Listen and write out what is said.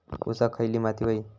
ऊसाक खयली माती व्हयी?